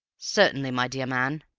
certainly, my dear man,